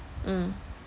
mm